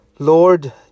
Lord